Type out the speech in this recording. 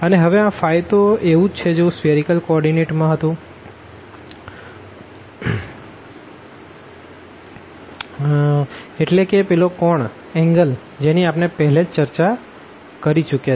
અને હવે આ ફાઈ તે એવું જ છે જેવું સ્ફીઅરીકલ કો ઓર્ડીનેટમા હતું એટલે કે પેલો એન્ગલ જેની આપણે પહેલે જ ચર્ચા કરી ચૂક્યા છે